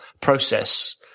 process